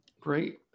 Great